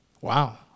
Wow